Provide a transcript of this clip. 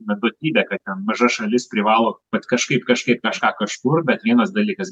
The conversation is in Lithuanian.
beprotybė kad ten maža šalis privalo bet kažkaip kažkaip kažką kažkur bet vienas dalykas